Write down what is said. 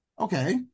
okay